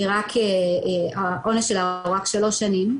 היא רק העונש שלה הוא רק 3 שנים,